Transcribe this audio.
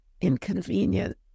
inconvenient